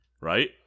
Right